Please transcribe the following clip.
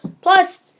Plus